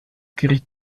gericht